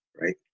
right